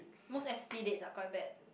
most s_p dates are quite bad